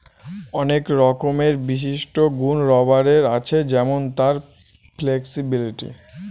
অনেক রকমের বিশিষ্ট গুন রাবারের আছে যেমন তার ফ্লেক্সিবিলিটি